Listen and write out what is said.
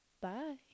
Bye